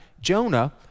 Jonah